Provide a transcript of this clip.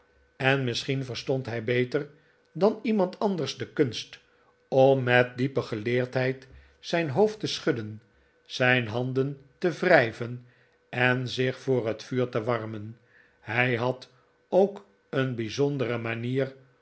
en misschien verstond hij beter dan iemand anders de kunst om met diepe geleerdheid zijn hoofd te schudden zijn handen te wrijven en zich voor het vuur te warmen hij had ook een bijzondere manier